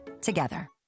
together